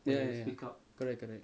ya ya correct correct